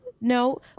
No